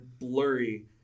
blurry